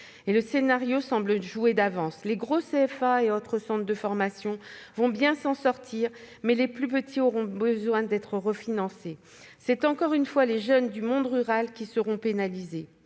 Le scénario semble joué d'avance : les gros CFA et autres centres de formation vont bien s'en sortir, mais les plus petits auront besoin d'être refinancés. Encore une fois, ce sont les jeunes du monde rural qui seront pénalisés.